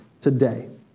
today